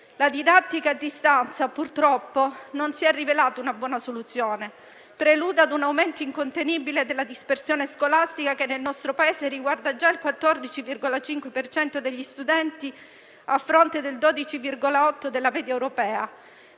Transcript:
La didattica a distanza, purtroppo, non si è rivelata una buona soluzione: prelude a un aumento incontenibile della dispersione scolastica, che nel nostro Paese riguarda già il 14,5 per cento degli studenti, a fronte del 12,8 della media europea.